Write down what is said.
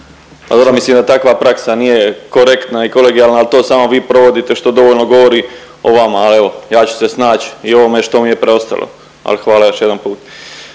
mislim al takva praksa nije korektna i kolegijalna, al to samo vi provodite što dovoljno govori o vama, a evo ja ću se snaći i u ovome što mi je preostalo, ali hvala još jedan put.